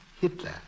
Hitler